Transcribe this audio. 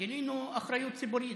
גילינו אחריות ציבורית.